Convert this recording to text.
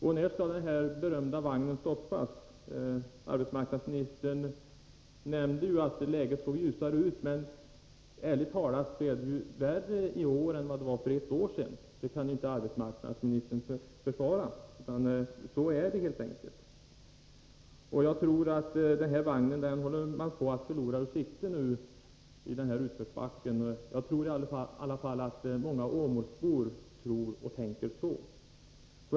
När skall den här berömda vagnen stoppas? Arbetsmarknadsministern sade att läget såg ljusare ut, men ärligt talat är det ju värre i år än det var för ett år sedan. Det kan arbetsmarknadsministern inte bestrida, utan det är så helt enkelt. Jag tror att man håller på att förlora den här vagnen ur sikte i utförsbacken. Jag tror i alla fall att många åmålsbor tror och tänker så.